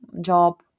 job